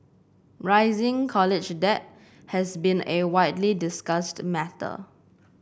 rising college debt has been a widely discussed matter